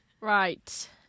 Right